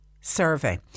survey